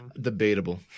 Debatable